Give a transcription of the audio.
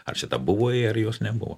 ar čia ta buvo ė ar jos nebuvo